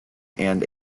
and